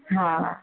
हा